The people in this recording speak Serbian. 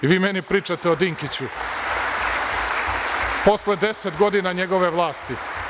Vi meni pričate o Dinkiću, posle 10 godina njegove vlasti.